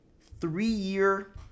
three-year